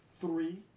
Three